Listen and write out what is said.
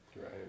Right